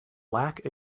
lack